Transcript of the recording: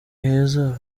heza